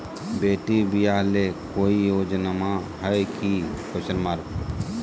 बेटी ब्याह ले कोई योजनमा हय की?